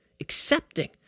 accepting